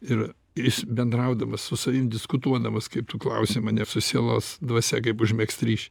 ir ir jis bendraudamas su savim diskutuodamas kaip tu klausi mane su sielos dvasia kaip užmegzt ryšį